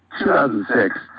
2006